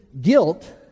guilt